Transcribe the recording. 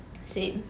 same